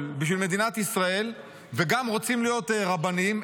בשביל מדינת ישראל וגם רוצים להיות רבנים,